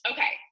Okay